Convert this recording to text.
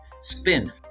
Spin